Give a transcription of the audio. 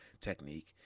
Technique